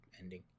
ending